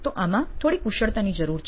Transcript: તો આમાં થોડી કુશળતાની જરૂર છે